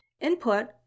input